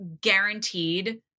guaranteed